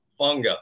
Funga